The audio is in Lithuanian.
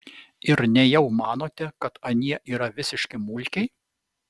ir nejau manote kad anie yra visiški mulkiai